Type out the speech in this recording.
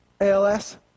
ALS